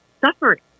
suffering